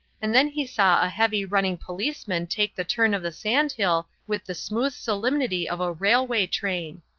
and then he saw a heavy running policeman take the turn of the sand-hill with the smooth solemnity of a railway train.